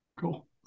Cool